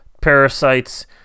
parasites